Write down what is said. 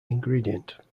ingredient